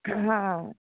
ହଁ ହଁ